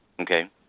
okay